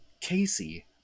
casey